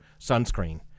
sunscreen